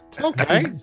okay